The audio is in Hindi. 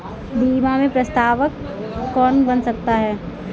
बीमा में प्रस्तावक कौन बन सकता है?